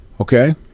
Okay